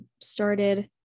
started